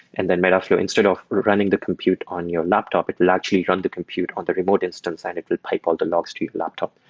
and then metaflow, instead of running the compute on your laptop, it largely run the compute on the remote instance and it will pipe all the logs to your laptop.